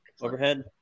overhead